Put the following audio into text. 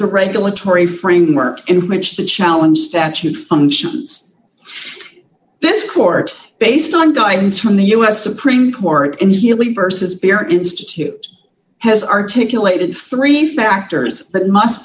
regulatory framework in which the challenge statute functions this court based on guidance from the us supreme court and healy versus bear institute has articulated three factors that must